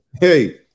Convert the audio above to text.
hey